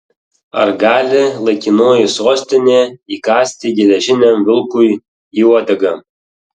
ar gali laikinoji sostinė įkąsti geležiniam vilkui į uodegą